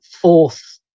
fourth